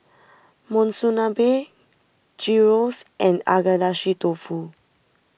Monsunabe Gyros and Agedashi Dofu